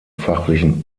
fachlichen